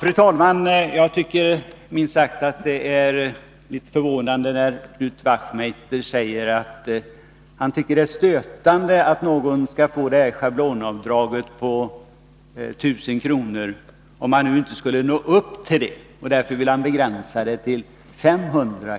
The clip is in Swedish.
Fru talman! Det är minst sagt litet förvånande, när Knut Wachtmeister säger att han tycker att det är stötande att någon skall medges schablonavdraget på 1000 kr. om han inte skulle nå upp till det beloppet. Av den anledningen vill Knut Wachtmeister begränsa avdraget till 500